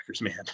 man